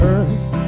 Earth